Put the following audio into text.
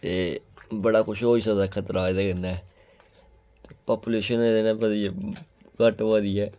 ते बड़ा कुछ होई सकदा खतरा एह्दे कन्नै पापुलेशन एह्दे कन्नै बड़ी घट्ट होआ दी ऐ